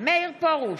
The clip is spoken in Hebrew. מאיר פרוש,